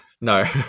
No